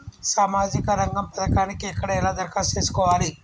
సామాజిక రంగం పథకానికి ఎక్కడ ఎలా దరఖాస్తు చేసుకోవాలి?